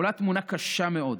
עולה תמונה קשה מאוד.